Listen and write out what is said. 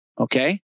Okay